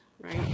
right